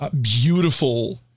beautiful